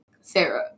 Sarah